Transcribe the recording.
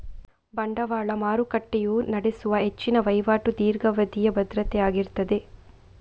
ಬಂಡವಾಳ ಮಾರುಕಟ್ಟೆಯು ನಡೆಸುವ ಹೆಚ್ಚಿನ ವೈವಾಟು ದೀರ್ಘಾವಧಿಯ ಭದ್ರತೆ ಆಗಿರ್ತದೆ